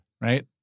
Right